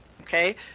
okay